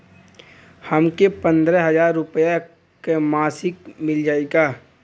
हमके पन्द्रह हजार रूपया क मासिक मिल जाई का?